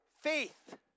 faith